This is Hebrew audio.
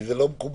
כי זה לא מקובל.